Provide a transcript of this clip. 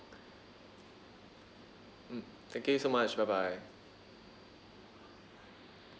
mm thank you so much bye bye